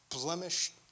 blemished